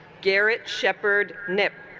garrett shepard nip